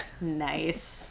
nice